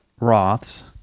Roths